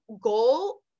goal